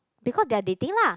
because they are dating lah